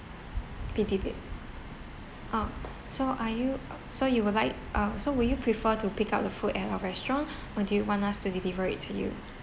be deli~ ah so are you so you will like uh so will you prefer to pick up the food at our restaurant or do you want us to deliver it to you